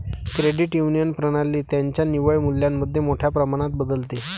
credit union प्रणाली त्यांच्या निव्वळ मूल्यामध्ये मोठ्या प्रमाणात बदलते